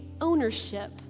ownership